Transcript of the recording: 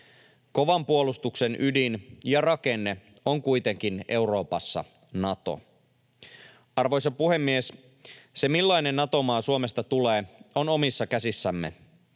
Kovan puolustuksen ydin ja rakenne on kuitenkin Euroopassa Nato. Arvoisa puhemies! Se, millainen Nato-maa Suomesta tulee, on omissa käsissämme.